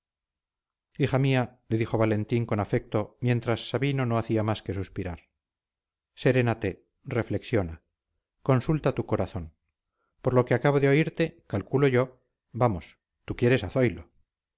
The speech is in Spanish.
hija mía le dijo valentín con afecto mientras sabino no hacía más que suspirar serénate reflexiona consulta tu corazón por lo que acabo de oírte calculo yo vamos tú quieres